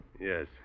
Yes